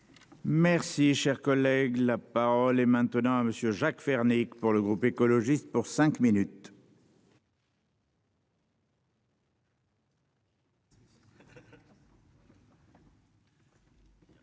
Merci, cher collègue, la parole est maintenant à monsieur Jacques Fernique. Pour le groupe écologiste pour cinq minutes.